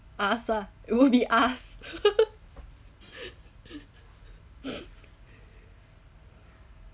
ask lah it will be asked